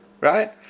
right